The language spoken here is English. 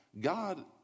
God